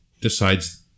decides